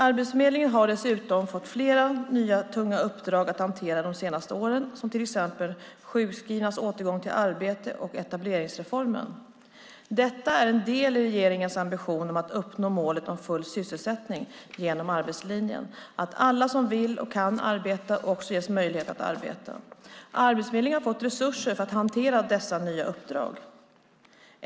Arbetsförmedlingen har dessutom fått flera nya tunga uppdrag att hantera de senaste åren, till exempel sjukskrivnas återgång till arbete och etableringsreformen. Detta är en del i regeringens ambition att uppnå målet om full sysselsättning genom arbetslinjen: alla som vill och kan arbeta ska också ges möjlighet att arbeta. Arbetsförmedlingen har fått resurser för att hantera dessa nya uppdrag.